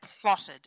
plotted